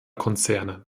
konzerne